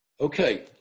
Okay